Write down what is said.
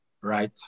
right